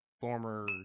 former